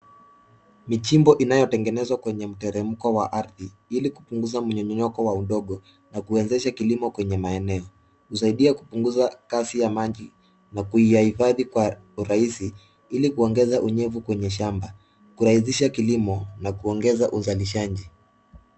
Michimbo inaotengenezwa kwenye mtremko wa aridhi ili kupunguza mimonyoko wa udongo na kuweshesha kilimo kwenye maeneo kusaidia kupunguza kazi ya maji na kuyahifadi kwa urahizi ili kuongeza unyefu kwenye shamba kurahishisha kilimo na kuongeza uzalishaji.